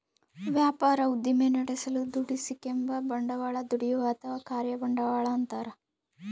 ವ್ಯಾಪಾರ ಉದ್ದಿಮೆ ನಡೆಸಲು ದುಡಿಸಿಕೆಂಬ ಬಂಡವಾಳ ದುಡಿಯುವ ಅಥವಾ ಕಾರ್ಯ ಬಂಡವಾಳ ಅಂತಾರ